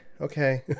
Okay